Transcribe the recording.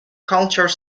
culture